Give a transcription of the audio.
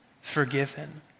forgiven